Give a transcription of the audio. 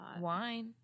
wine